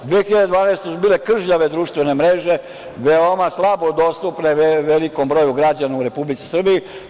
Godine 2012. su bile kržljave društvene mreže, veoma slabo dostupne velikom broju građana u Republici Srbiji.